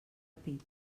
pit